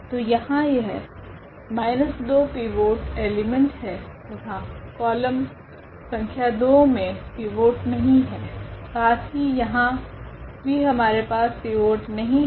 तो यहाँ यह 2 पिवोट एलीमेंट है तथा कॉलम संख्या 2 मे पिवोट नहीं है साथ ही यहाँ भी हमारे पास पिवोट नहीं हैं